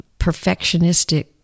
perfectionistic